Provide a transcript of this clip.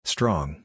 Strong